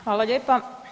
Hvala lijepa.